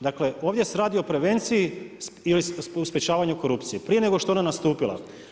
Dakle, ovdje se radi o prevenciji ili sprečavanju korupcije prije nego što je ona nastupila.